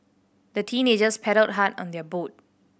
the teenagers paddled hard on their boat